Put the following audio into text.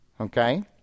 Okay